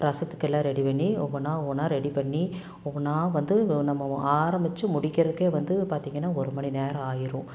ரசத்துக்கெல்லாம் ready பண்ணி ஒவ்வொன்றா ஒவ்வொன்றா ரெடி பண்ணி ஒவ்வொன்றா வந்து நம்ம ஆரம்மிச்சு முடிக்கிறதுக்கே வந்து பார்த்திங்கன்னா ஒரு மணி நேரம் ஆயிடும்